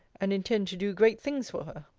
and intend to do great things for her.